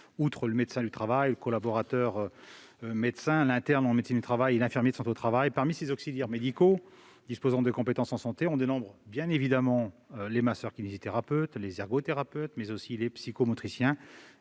outre le médecin du travail, le collaborateur médecin, l'interne en médecine du travail et l'infirmier de santé au travail. Parmi ces auxiliaires médicaux disposant de compétences en santé au travail, on dénombre bien entendu les masseurs-kinésithérapeutes et les ergothérapeutes, mais aussi les psychomotriciens.